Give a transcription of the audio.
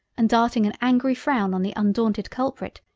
and darting an angry frown on the undaunted culprit,